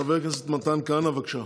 חבר הכנסת מתן כהנא, בבקשה.